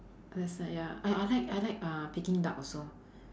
ya I I like I like uh peking duck also